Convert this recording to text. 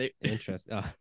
Interesting